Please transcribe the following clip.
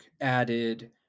added